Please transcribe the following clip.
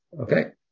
Okay